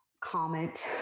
comment